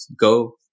go